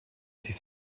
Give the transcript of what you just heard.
sich